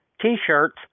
T-shirts